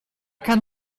kann